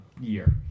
year